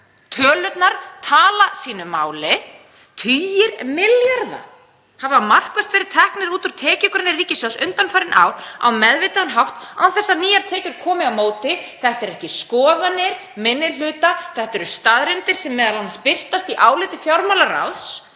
Tölurnar tala sínu máli. Tugir milljarða hafa markvisst verið teknir út úr tekjugrunni ríkissjóðs undanfarin ár á meðvitaðan hátt án þess að nýjar tekjur komi á móti. Þetta eru ekki skoðanir minni hluta, þetta eru staðreyndir sem m.a. birtast í áliti fjármálaráðs